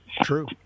True